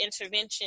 intervention